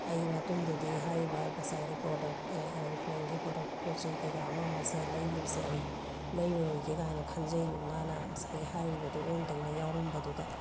ꯑꯩ ꯃꯇꯨꯡꯗꯗꯤ ꯍꯥꯏꯔꯤꯕ ꯉꯁꯥꯏꯒꯤ ꯄ꯭ꯔꯣꯗꯛ ꯑꯣꯔꯤꯐ꯭ꯂꯦꯝꯒꯤ ꯄ꯭ꯔꯣꯗꯛ ꯄꯣꯠ ꯆꯩ ꯀꯩꯀꯥ ꯑꯃ ꯑꯃꯁꯦ ꯂꯩꯕꯁꯦ ꯑꯩ ꯂꯩꯔꯔꯣꯏꯒꯦ ꯀꯥꯏꯅ ꯈꯟꯖꯩꯕ ꯃꯥꯅ ꯉꯁꯥꯏꯒꯤ ꯍꯥꯏꯔꯤꯕꯗꯣ ꯑꯣꯟꯅ ꯇꯩꯅ ꯌꯥꯎꯔꯝꯕꯗꯨꯗ